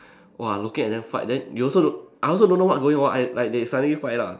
!wah! looking at them fight then you also don't I also don't know what going on I like they suddenly fight lah